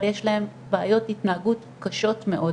אבל יש להם בעיות התנהגות קשות מאוד.